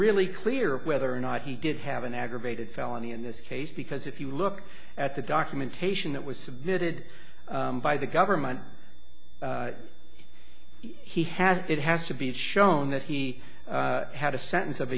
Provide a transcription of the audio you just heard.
really clear whether or not he did have an aggravated felony in this case because if you look at the documentation that was submitted by the government he has it has to be shown that he had a sentence of